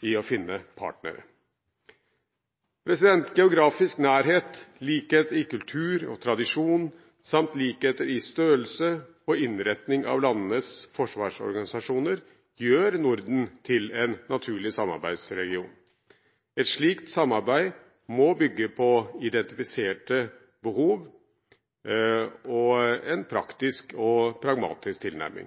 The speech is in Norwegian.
i å finne partnere. Geografisk nærhet, likheter i kultur og tradisjon samt likheter i størrelse og innretning av landenes forsvarsorganisasjoner gjør Norden til en naturlig samarbeidsregion. Et slikt samarbeid må bygge på identifiserte behov og en praktisk og pragmatisk tilnærming.